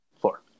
Four